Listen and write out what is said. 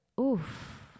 oof